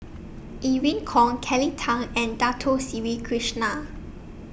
Irene Khong Kelly Tang and Dato Sri Krishna